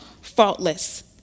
faultless